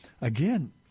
again